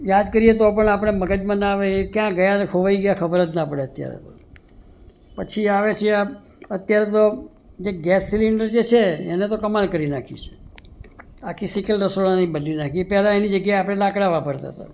યાદ કરીએ તો પણ આપણા મગજમાં ન આવે એ ક્યા ગયા ને ખોવાય ગયા ખબર જ ન પડે અત્યારે તો પછી આવે છે આ અત્યાર તો જે ગેસ સિલિન્ડર જે છે એને તો કમાલ કરી નાખી છે આખી શકલ રસોડાની જ બદલી નાખી છે એ પહેલાં એની જગ્યાએ આપણે લાકડા વાપરતા હતા